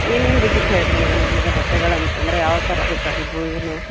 ಏನೇನು ಬೇಕಿತ್ತು ಹೇಳಿರಿ ಮೇಡಮ್ ನಿಮಗೆ ಬಟ್ಟೆಗಳಂತಂದರೆ ಯಾವ ಥರ ಬೇಕಾಗಿದ್ದವು ಏನು